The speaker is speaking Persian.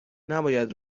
نباید